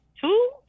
two